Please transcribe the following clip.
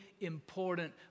important